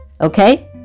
Okay